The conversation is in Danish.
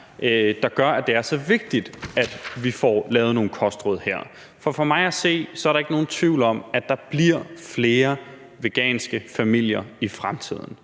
der gør, at det er så vigtigt, at vi får lavet nogle kostråd her. For for mig at se er der ikke nogen tvivl om, at der bliver flere veganske familier i fremtiden.